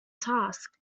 task